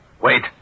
Wait